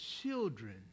children